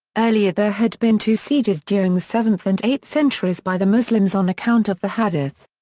earlier there had been two sieges during the seventh and eighth centuries by the muslims on account of the hadith.